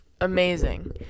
amazing